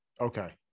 okay